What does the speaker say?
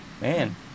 man